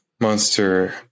Monster